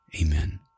Amen